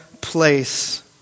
place